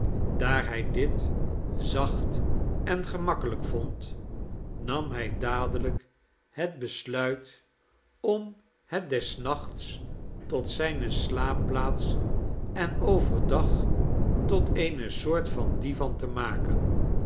hij dit zacht en gemakkelijk vond nam hij dadelijk het besluit om het des nachts tot zijne slaapplaats en over dag tot eene soort van divan te maken